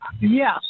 Yes